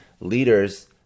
leaders